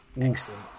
Excellent